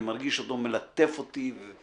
אני מרגיש אותו מלטף אותי,